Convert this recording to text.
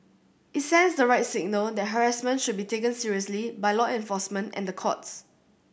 it sends the right signal that harassment should be taken seriously by law enforcement and the courts